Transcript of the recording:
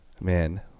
man